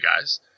guys